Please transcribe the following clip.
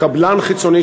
קבלן חיצוני,